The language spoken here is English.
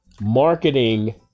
marketing